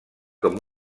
com